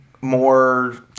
more